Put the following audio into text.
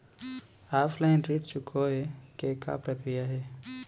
Offline ऋण चुकोय के का प्रक्रिया हे?